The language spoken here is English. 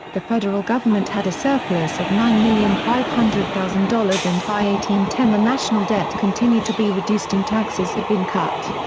the federal government had a surplus of nine million five hundred thousand dollars and by one ten the national debt continued to be reduced and taxes had been cut.